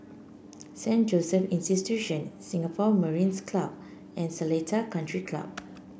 Saint Joseph Institution Singapore Mariners' Club and Seletar Country Club